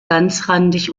ganzrandig